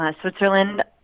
Switzerland